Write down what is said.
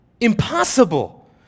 impossible